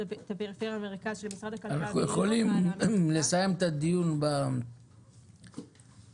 הפריפריה במרכז" --- אפשר לסכם את הדיון באמירה הזאת.